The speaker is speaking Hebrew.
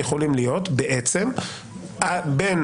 יכולים להיות בעצם בין